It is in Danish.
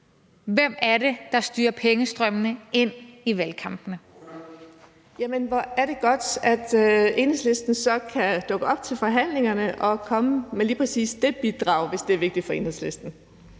Ordføreren. Kl. 10:42 Birgitte Vind (S): Jamen hvor er det godt, at Enhedslisten så kan dukke op til forhandlingerne og komme med lige præcis det bidrag, hvis det er vigtigt for Enhedslisten.